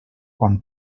quan